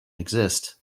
exist